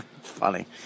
funny